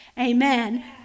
Amen